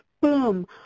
boom